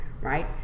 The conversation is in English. right